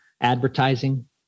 advertising